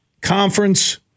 conference